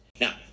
Now